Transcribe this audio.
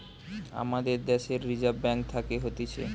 আমাদের দ্যাশের reserve bank থাকে হতিছে